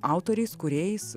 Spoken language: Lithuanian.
autoriais kūrėjais